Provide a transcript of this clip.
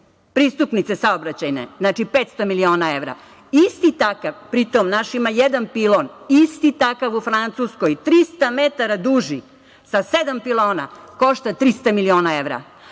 pristupnice saobraćajne, znači 500 miliona evra. Isti takav, pri tom, naš ima jedan pilon, isti takav u Francuskoj 300 metara duži sa sedam pilona, košta 300 miliona evra.